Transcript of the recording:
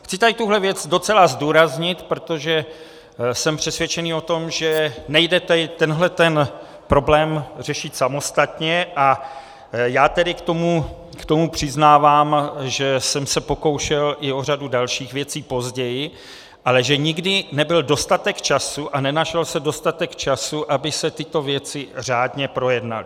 Chci tady tuhle věc docela zdůraznit, protože jsem přesvědčen o tom, že nejde tento problém řešit samostatně, a já k tomu přiznávám, že jsem se pokoušel i o řadu dalších věcí později, ale že nikdy nebyl dostatek času a nenašel se dostatek času, aby se tyto věci řádně projednaly.